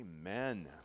Amen